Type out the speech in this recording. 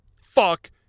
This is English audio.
Fuck